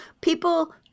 People